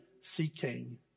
seeking